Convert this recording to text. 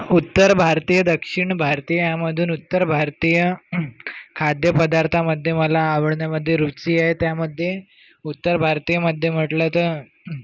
उत्तर भारतीय दक्षिण भारतीय यामधून उत्तर भारतीय खाद्यपदार्थामध्ये मला आवडण्यामध्ये रुची आहे त्यामध्ये उत्तर भारतीयामध्ये म्हटलं तर